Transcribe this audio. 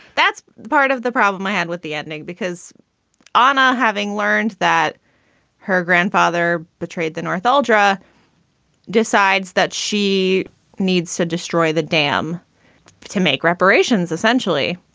that's part of the problem i had with the antonym because onna having learned that her grandfather betrayed the north, all dra decides that she needs to destroy the dam to make reparations essentially,